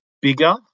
bigger